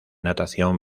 natación